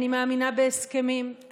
אני מאמינה בהסכמים.